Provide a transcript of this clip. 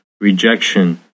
rejection